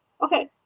Okay